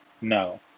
no